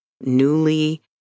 newly